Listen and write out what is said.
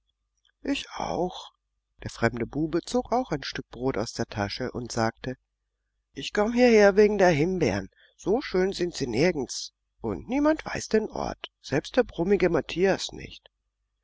ich auch der fremde bube zog auch ein stück brot aus der tasche und sagte ich komm hierher wegen der himbeeren so schön sind sie nirgends und niemand weiß den ort selbst der brummige matthias nicht